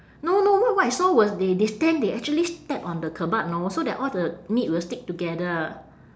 no no what what I saw was they they stand they actually step on the kebab know so that all the meat will stick together